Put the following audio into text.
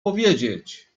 powiedzieć